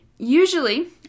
Usually